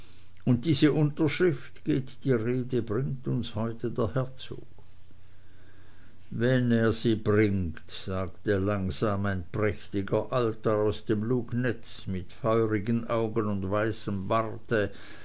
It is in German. und diese unterschrift geht die rede bringt uns heute der herzog wenn er sie bringt sagte langsam ein prächtiger alter aus dem lugnetz mit feurigen augen und weißem barte